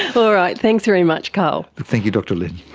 all right, thanks very much karl. thank you dr lynne.